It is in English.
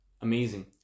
Amazing